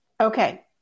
Okay